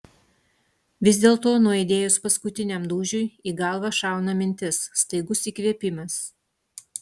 vis dėlto nuaidėjus paskutiniam dūžiui į galvą šauna mintis staigus įkvėpimas